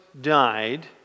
died